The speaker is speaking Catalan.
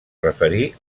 referir